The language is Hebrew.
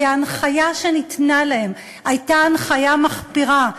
כי ההנחיה שניתנה להם הייתה הנחיה מחפירה,